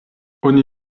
oni